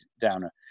downer